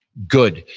good.